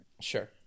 Sure